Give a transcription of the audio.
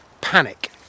panic